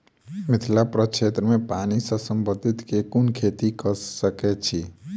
मिथिला प्रक्षेत्र मे पानि सऽ संबंधित केँ कुन खेती कऽ सकै छी?